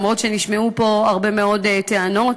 אף שנשמעו פה הרבה מאוד טענות.